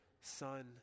Son